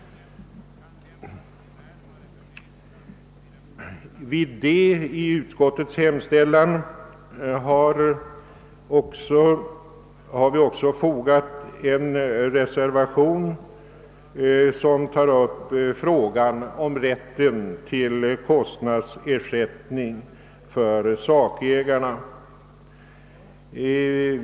Vid D i utskottets hemställan har vi fogat en reservation, betecknad III, som tar upp frågan om rätten till kostnadsersättning för sakägarna.